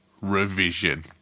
revision